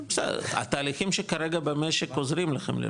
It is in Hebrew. בסדר, התהליכים שכרגע במשק, עוזרים לכם.